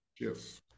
Yes